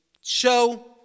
show